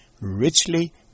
richly